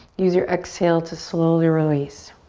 use your exhale to slowly release.